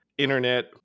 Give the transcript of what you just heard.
internet